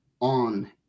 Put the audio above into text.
on